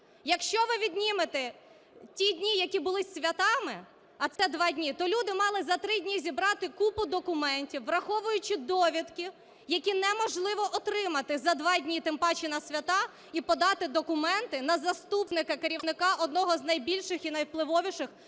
Якщо ви віднімете ті дні, які були святами, а це два дні, то люди мали за 3 дні зібрати купу документів, враховуючи довідки, які неможливо отримати за 2 дні, тим паче на свята, і подати документи на заступника керівника одного з найбільших і найвпливовіших